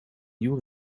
nieuw